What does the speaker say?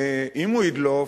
ואם הוא ידלוף,